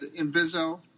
Inviso